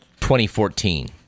2014